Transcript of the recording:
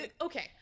Okay